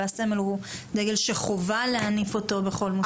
והסמל הוא דגל שחובה להניף אותו בכל מקום.